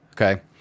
okay